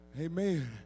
Amen